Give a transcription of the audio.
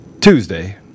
Tuesday